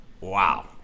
wow